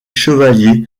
chevalier